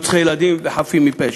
רוצחי ילדים וחפים מפשע.